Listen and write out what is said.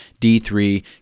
D3